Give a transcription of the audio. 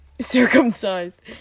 Circumcised